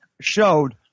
showed